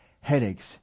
headaches